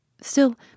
Still